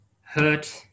hurt